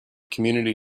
community